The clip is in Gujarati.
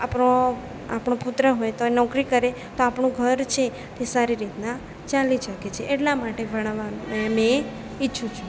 આપણો આપણો પુત્ર હોય તો એ નોકરી કરે તો આપણું ઘર છે એ સારી રીતના ચાલી શકે છે એટલા માટે ભણાવવા મેં ઈચ્છું છું